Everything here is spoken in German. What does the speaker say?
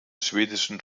schwedischen